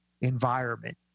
environment